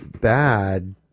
bad